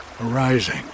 arising